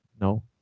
No